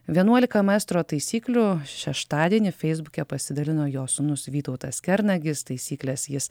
vienuolika maestro taisyklių šeštadienį feisbuke pasidalino jo sūnus vytautas kernagis taisykles jis